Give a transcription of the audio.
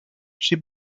she